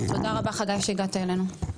תודה רבה חגי שהגעת אלינו.